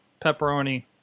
pepperoni